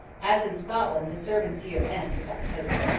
as in scotland the servants' year ends with october.